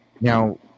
Now